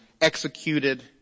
executed